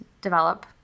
develop